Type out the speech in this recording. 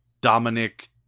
Dominic